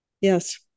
Yes